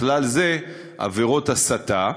ובכלל זה עבירות הסתה,